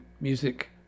Music